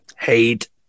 Hate